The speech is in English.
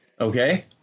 Okay